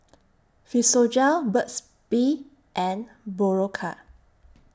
Physiogel Burt's Bee and Berocca